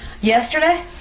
Yesterday